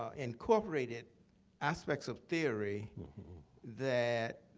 ah incorporated aspects of theory that